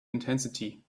intensity